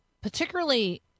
particularly